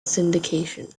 syndication